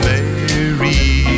Mary